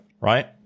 right